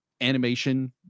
animation